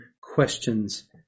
questions